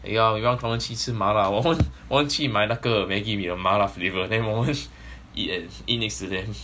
eh yeah 他们 confirm 去吃麻辣我们去买那个 maggi mee 的麻辣 flavour then 我们 eat at eat next to them